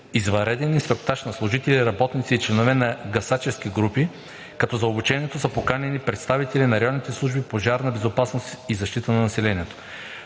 извънреден инструктаж на служители, работници и членове на гасачески групи, като за обучението са поканени представители на районните служби „Пожарна безопасност и защита на населението“.